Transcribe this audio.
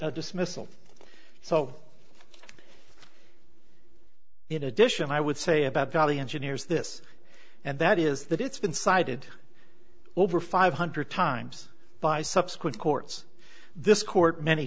dismissal so in addition i would say about valley engineers this and that is that it's been cited over five hundred times by subsequent courts this court many